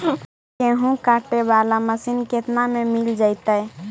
गेहूं काटे बाला मशीन केतना में मिल जइतै?